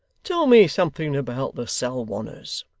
tell me something about the salwanners